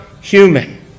human